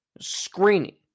Screening